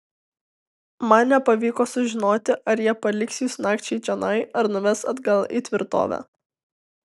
man nepavyko sužinoti ar jie paliks jus nakčiai čionai ar nuves atgal į tvirtovę